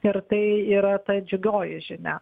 ir tai yra ta džiugioji žinia